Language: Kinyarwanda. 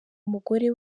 umugore